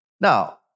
now